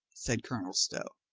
said colonel stow.